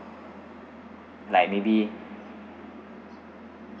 like maybe